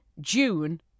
June